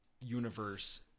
universe